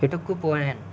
వీటుక్కు పోయ్